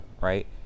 right